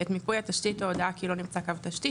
את מיפוי התשתית או הודעה כי לא נמצא קו תשתית,